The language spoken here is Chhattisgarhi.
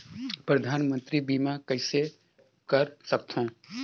परधानमंतरी बीमा कइसे कर सकथव?